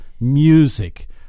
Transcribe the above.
music